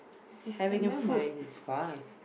six seven why mine is five